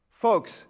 Folks